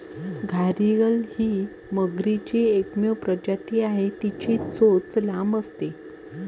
घारीअल ही मगरीची एकमेव प्रजाती आहे, तिची चोच लांब असते